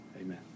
Amen